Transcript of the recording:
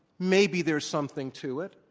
maybe there's something to it.